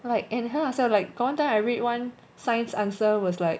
like and 很好笑 like got one time I read one science answer was like